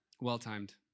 Well-timed